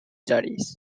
studies